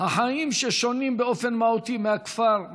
החיים ששונים באופן מהותי מהחיים בכפר,